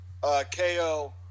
KO